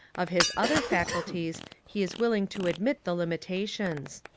of his other faculties he is willing to admit the limitations.